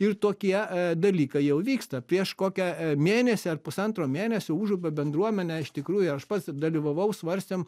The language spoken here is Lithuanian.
ir tokie dalykai jau vyksta prieš kokią mėnesį ar pusantro mėnesio užupio bendruomenė iš tikrųjų aš pats ten dalyvavau svarstėm